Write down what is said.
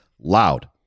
loud